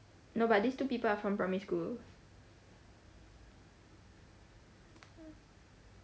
no but these two people are from primary school